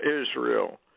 Israel